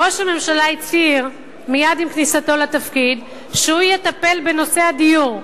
ראש הממשלה הצהיר מייד עם כניסתו לתפקיד שהוא יטפל בנושא הדיור.